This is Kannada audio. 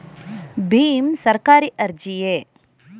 ಭೀಮ್ ಸರ್ಕಾರಿ ಅರ್ಜಿಯೇ?